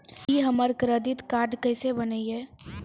की हमर credit card केसे बनिये?